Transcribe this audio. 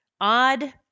odd